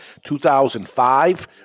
2005